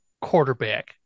quarterback